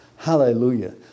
Hallelujah